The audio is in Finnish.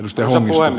mistä olen